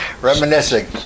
reminiscing